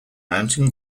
mountain